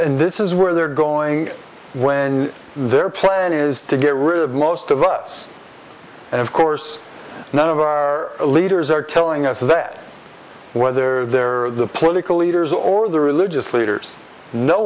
and this is where they're going when their plan is to get rid of most of us and of course none of our leaders are telling us that whether there are the political leaders or the religious